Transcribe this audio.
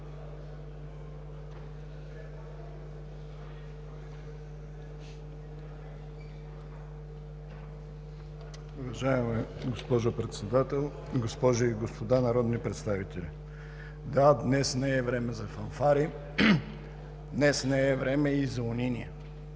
Уважаема госпожо Председател, госпожи и господа народни представители! Да, днес не е време за фанфари, днес не е време и за униние.